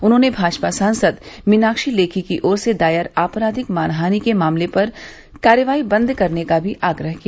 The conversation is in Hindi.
उन्होंने भाजपा सांसद मीनाक्षी लेखी की ओर से दायर आपराधिक मानहानि के मामले पर कार्रवाई बंद करने का आग्रह भी किया